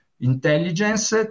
intelligence